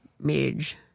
Midge